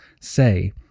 say